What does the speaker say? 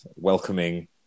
welcoming